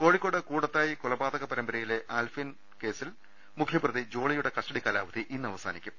കോഴിക്കോട് കൂടത്തായി കൊലപാതക പരമ്പരയിലെ ആൽഫൈൻ കേസിൽ മുഖ്യപ്രതി ജോളിയുടെ കസ്റ്റഡി കാലാവധി ഇന്ന് അവസാനിക്കും